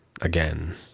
again